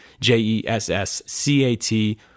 J-E-S-S-C-A-T